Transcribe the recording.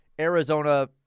Arizona